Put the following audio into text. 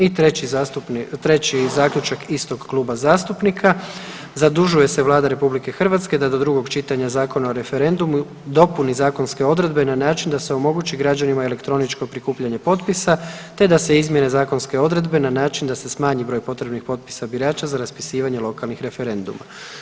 I treći zaključak istog kluba zastupnika, zadužuje se Vlada RH da do drugog čitanja Zakona o referendumu dopuni zakonske odredbe na način da se omogući građanima elektroničko prikupljanje potpisa, te da se izmjene zakonske odredbe na način da se smanji broj potrebnih potpisa birača za raspisivanje lokalnih referenduma.